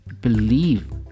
believe